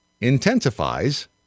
intensifies